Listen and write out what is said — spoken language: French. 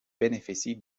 bénéficie